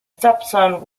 stepson